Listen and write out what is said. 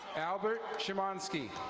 albert shumansky.